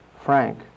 Frank